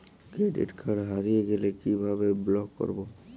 Credit card হারিয়ে গেলে কি ভাবে ব্লক করবো?